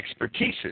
expertises